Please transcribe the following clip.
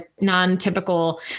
non-typical